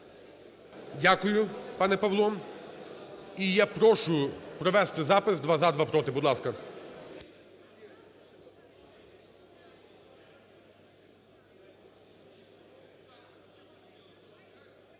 Дякую, пане Павло. І я прошу провести запис: два – за, два – проти. Будь ласка.